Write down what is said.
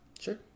sure